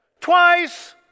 Twice